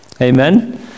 Amen